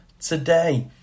today